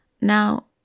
Now